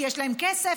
כי יש להם כסף,